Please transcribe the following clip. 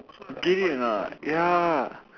get it or not ya